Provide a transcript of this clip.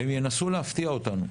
הם ינסו להפתיע אותנו.